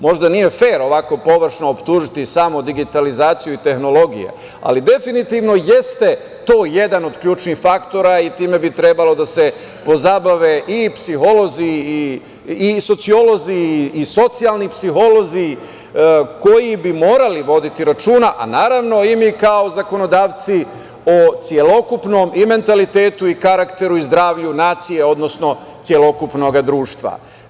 Možda nije fer ovako površno optužiti samo digitalizaciju i tehnologije, ali definitivno jeste to jedan od ključnih faktora i time bi trebalo da se pozabave i psiholozi i sociolozi i socijalni psiholozi koji bi morali voditi računa, a naravno i mi kao zakonodavci o celokupnom i mentalitetu i karakteru i zdravlju nacije, odnosno celokupnog društva.